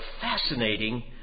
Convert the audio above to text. fascinating